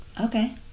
Okay